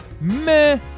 meh